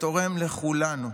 התורם לכולנו.